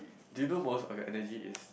do you know most of your energy is